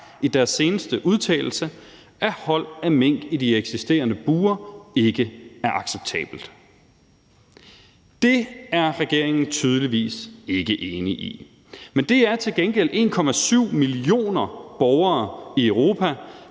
i deres seneste udtalelse klart har sagt, at hold af mink i de eksisterende bure ikke er acceptabelt. Det er regeringen tydeligvis ikke enig i. Men det er til gengæld 1,7 millioner borgere i Europa,